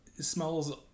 Smells